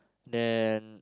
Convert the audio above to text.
then